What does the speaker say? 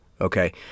Okay